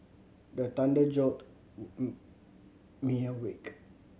the thunder jolt me awake